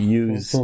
use